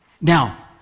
Now